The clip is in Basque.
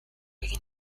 egin